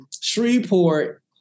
Shreveport